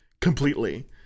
completely